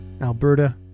Alberta